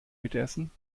mitessen